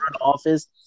office